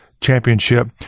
Championship